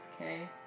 Okay